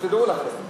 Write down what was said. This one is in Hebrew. שתדעו לכם.